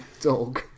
dog